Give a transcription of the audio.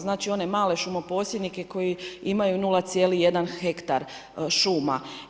Znači one male šumo posjednike koji imaju 0,1 hektar šuma.